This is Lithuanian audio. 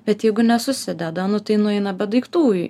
bet jeigu nesusideda nu tai nueina be daiktų į